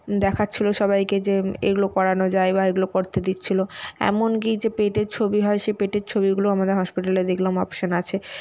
দেখাচ্ছিলো সবাইকে যে এগুলো করানো যায় বা এগুলো করতে দিচ্ছিলো এমনকি যে পেটের ছবি হয় সেই পেটের ছবিগুলো আমাদের হসপিটালে দেখলাম অপশন আছে